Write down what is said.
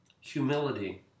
humility